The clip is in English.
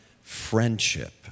friendship